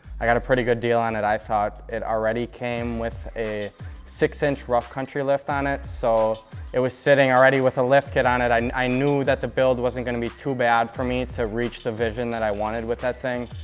i got a pretty good deal on it, i thought. it already came with a six-inch rough country lift on it, so it was sitting already with a lift kit on it. i and i knew that the build wasn't going to be too bad for me to reach the vision that i wanted with that thing.